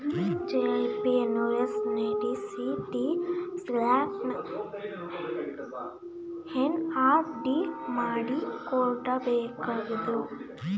GAP insurance ನಡಿ CT scan, MRI ಮಾಡಿಸಿಕೊಳ್ಳಬಹುದು